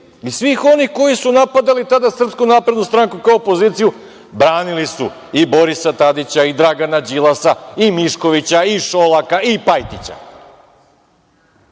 i svih onih koji su napadali tada SNS kao opoziciju. Branili su i Borisa Tadića i Dragana Đilasa i Miškovića, i Šolaka i Pajtića.